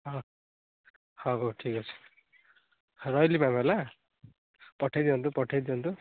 ହଁ ହଉ ହଉ ଠିକ୍ ଅଛି ରହିଲି ମ୍ୟାମ୍ ହେଲା ପଠାଇ ଦିଅନ୍ତୁ ପଠାଇ ଦିଅନ୍ତୁ